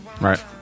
right